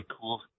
cool